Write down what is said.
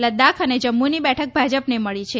લદ્દાખ અને જમ્મુની બેઠક ભાજપને મળી છે